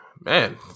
man